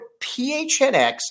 PHNX